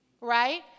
right